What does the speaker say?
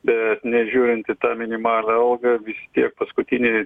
bet nežiūrint į tą minimalią algą vis tiek paskutiniai